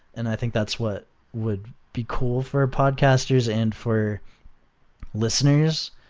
and i think that's what would be cool for podcasters and for listeners,